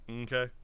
Okay